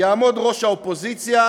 יעמוד ראש האופוזיציה,